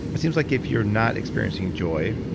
it seems like if you're not experiencing joy,